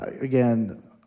again